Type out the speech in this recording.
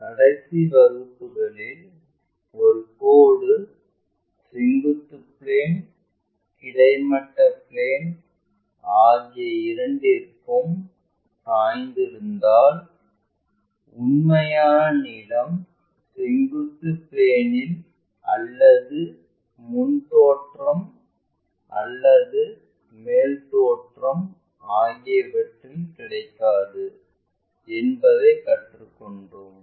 கடைசி வகுப்புகளில் ஒரு கோடு செங்குத்து பிளேன் கிடைமட்ட பிளேன் ஆகிய இரண்டிற்கும் சாய்ந்திருந்தால் உண்மையான நீளம் செங்குத்து பிளேன்ல் அல்லது முன் தோற்றம் அல்லது மேல் தோற்றம் ஆகியவற்றில் கிடைக்காது என்பதை கற்றுக் கொண்டோம்